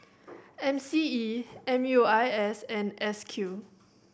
M C E M U I S and S Q